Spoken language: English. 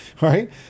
right